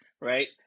right